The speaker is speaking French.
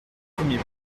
premier